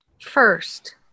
first